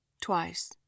twice